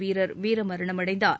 வீரர் வீரமரமணமடைந்தார்